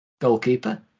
Goalkeeper